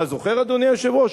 אתה זוכר, אדוני היושב-ראש?